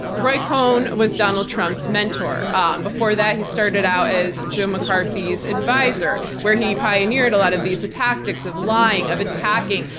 roy cohn was donald trump's mentor. and before that he started out as jim mccarthy's advisor. where he pioneered a lot of tactics of lying, of attacking,